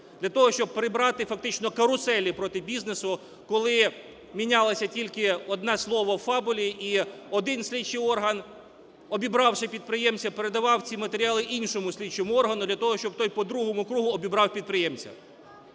для того щоб прибрати фактично "каруселі" проти бізнесу, коли мінялося тільки одне слово в фабулі і один слідчий орган, обібравши підприємця, передавав ці матеріали іншому слідчому органу для того, щоб той по другому кругу обібрав підприємця.